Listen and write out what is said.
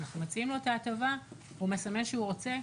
אנחנו מציעים לו את ההטבה, הוא מסמן שהוא רוצה.